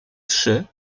trzy